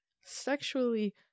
sexually